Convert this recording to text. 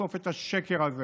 לחשוף את השקר הזה